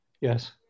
Yes